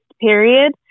period